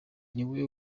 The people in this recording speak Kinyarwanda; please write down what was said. niwe